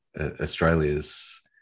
Australia's